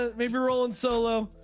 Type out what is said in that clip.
ah maybe roll and solo.